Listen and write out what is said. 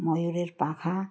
ময়ূরের পাখা